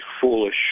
foolish